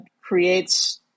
creates